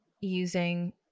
using